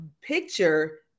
picture